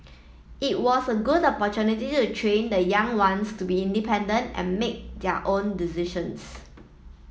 it was a good opportunity to train the young ones to be independent and make their own decisions